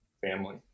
family